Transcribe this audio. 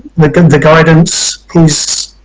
like and the guidance is